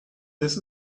this